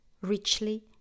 richly